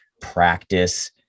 practice